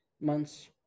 months